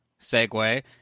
segue